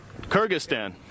Kyrgyzstan